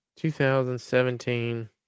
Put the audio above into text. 2017